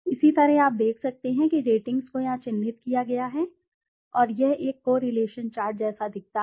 इसी तरह रेटिंग आप देख सकते हैं कि रेटिंग्स को यहाँ चिह्नित किया गया है और यह एक कोरिलेशन चार्ट जैसा दिखता है